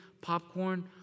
popcorn